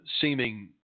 seeming